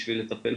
בשביל לטפל,